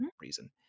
reason